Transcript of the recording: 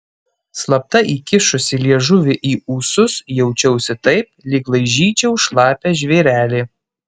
slapta įkišusi liežuvį į ūsus jaučiausi taip lyg laižyčiau šlapią žvėrelį